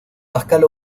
pascal